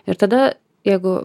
ir tada jeigu